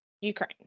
Ukraine